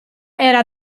era